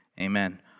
amen